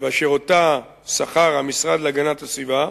ואשר אותה שכר המשרד להגנת הסביבה,